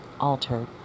altered